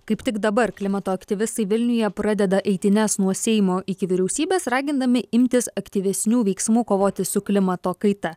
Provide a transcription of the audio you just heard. kaip tik dabar klimato aktyvistai vilniuje pradeda eitynes nuo seimo iki vyriausybės ragindami imtis aktyvesnių veiksmų kovoti su klimato kaita